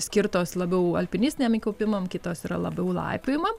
skirtos labiau alpinistiniam įkopimam kitos yra labiau laipiojimam